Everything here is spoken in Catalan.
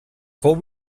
fou